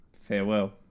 Farewell